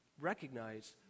recognize